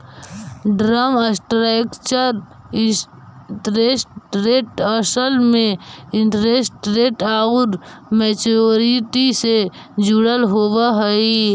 term structure interest rate असल में interest rate आउ मैच्योरिटी से जुड़ल होवऽ हई